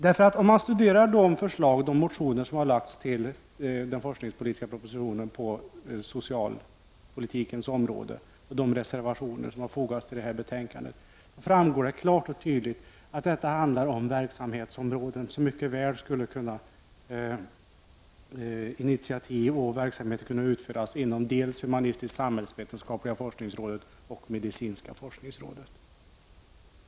Om man studerar de förslag och motioner som har lagts fram med anledning av den forskningspolitiska propositionen på socialpolitikens område och de reservationer som har fogats till betänkandet framkommer det klart och tydligt att det handlar om verksamheter som mycket väl skulle kunna utföras inom dels humanistisk-samhällsvetenskapliga forskningsrådet, dels medicinska forskningsrådet.